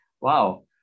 wow